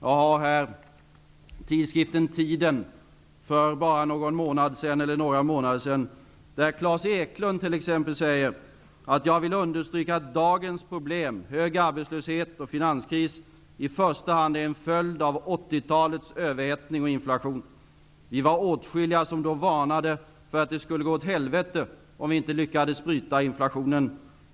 Jag har här tidskriften Tiden där Clas Eklund för bara några månader sedan t.ex. säger: Jag vill understryka att dagens problem, såsom hög arbetslöshet och finanskris i första hand är en följd av 1980-talets överhettning och inflation. Vi var åtskilliga som då varnade för att det skulle gå åt helvete om vi inte lyckades bryta inflationen.